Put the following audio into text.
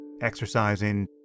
exercising